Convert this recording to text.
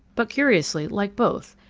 but curiously like both,